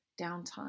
downtime